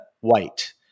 white